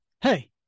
hey